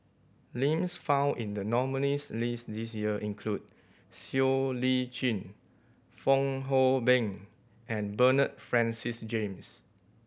names found in the nominees' list this year include Siow Lee Chin Fong Hoe Beng and Bernard Francis James